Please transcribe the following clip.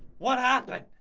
what happened!